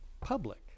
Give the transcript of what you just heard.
public